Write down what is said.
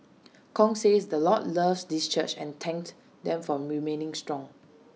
Kong says the Lord loves this church and thanked them for remaining strong